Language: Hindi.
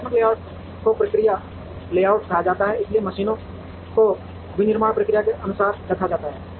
कार्यात्मक लेआउट को प्रक्रिया लेआउट कहा जाता है इसलिए मशीनों को विनिर्माण प्रक्रिया के अनुसार रखा जाता है